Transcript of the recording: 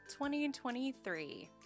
2023